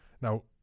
Now